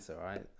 right